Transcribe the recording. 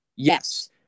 Yes